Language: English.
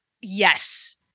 yes